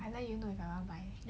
I like you eh I want buy